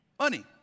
Money